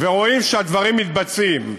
ורואים שהדברים מתבצעים,